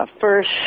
first